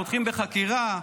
פותחים בחקירה,